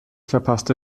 verpasste